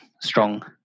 strong